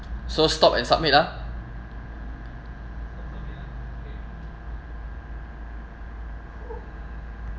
so stop and submit ah